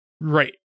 Right